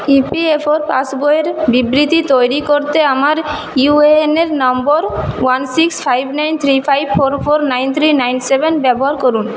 ই P F ও পাসবইয়ের বিবৃতি তৈরি করতে আমার ইউ এ এনের নম্বর one six five nine three five four four nine three nine seven ব্যবহার করুন